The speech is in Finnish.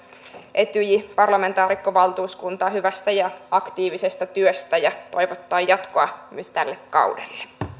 etyj parlamentaarikkovaltuuskuntaa hyvästä ja aktiivisesta ja työstä ja toivottaa jatkoa myös tälle kaudelle